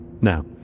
Now